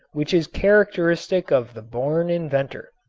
which is characteristic of the born inventor.